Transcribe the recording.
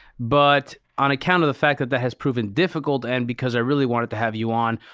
but on account of the fact that that has proven difficult, and because i really wanted to have you on,